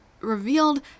revealed